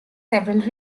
several